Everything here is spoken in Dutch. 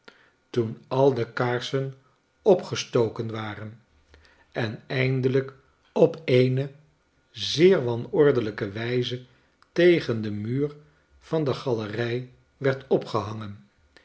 toen al de kaarsen opgestoken waren en eindelijk op eene zeer wanordelijke wijze tegen den muur van de galerij werd opgehangen